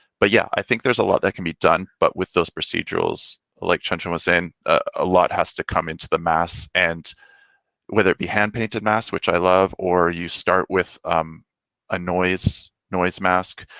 but yeah, i think there's a lot that can be done. but with those procedurals like chin chin was saying, a lot has to come into the mask and whether it be hand painted mask, which i love, or you start with um a noise, noise mask,